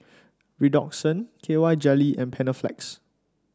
Redoxon K Y Jelly and Panaflex